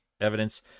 evidence